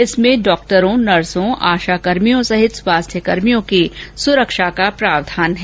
इसमें डॉक्टरों नर्सों आशाकर्मियों सहित स्वास्थ्यकर्मियों की सुरक्षा का प्रावधान है